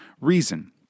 reason